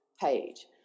page